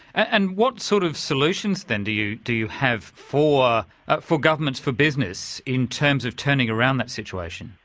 and what sort of solutions then do you do you have for for governments, for business, in terms of turning around that situation?